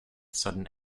sudden